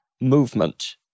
movement